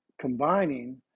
combining